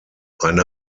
eine